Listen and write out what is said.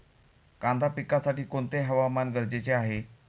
कांदा पिकासाठी कोणते हवामान गरजेचे आहे?